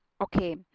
okay